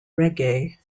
reggae